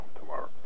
tomorrow